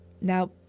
Now